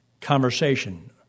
conversation